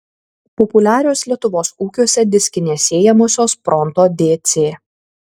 populiarios lietuvos ūkiuose diskinės sėjamosios pronto dc